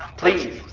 please!